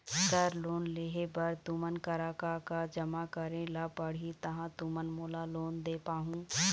Sir loan लेहे बर तुमन करा का का जमा करें ला पड़ही तहाँ तुमन मोला लोन दे पाहुं?